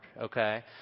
okay